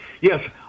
Yes